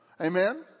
Amen